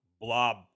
blob